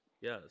yes